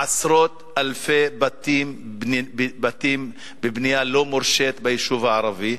עשרות אלפי בתים בבנייה לא מורשית ביישוב הערבי.